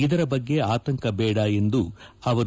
ಇದರ ಬಗ್ಗೆ ಆತಂಕ ಬೇಡ ಎಂದರು